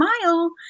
smile